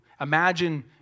Imagine